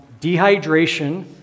dehydration